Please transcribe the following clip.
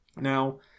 Now